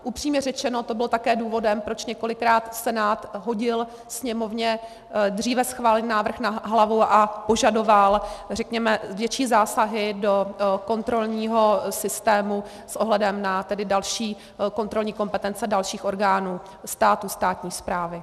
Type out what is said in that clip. Upřímně řečeno, to bylo také důvodem, proč několikrát Senát hodil Sněmovně dříve schválený návrh na hlavu a požadoval větší zásahy do kontrolního systému s ohledem na další kontrolní kompetence dalších orgánů státu, státní správy.